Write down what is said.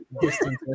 Distance